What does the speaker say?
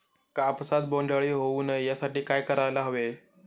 कापसात बोंडअळी होऊ नये यासाठी काय करायला हवे?